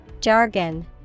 Jargon